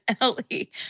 Ellie